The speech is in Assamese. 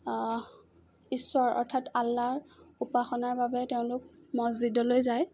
ঈশ্বৰ অৰ্থাৎ আল্লাৰ উপাসনাৰ বাবে তেওঁলোক মছজিদলৈ যায়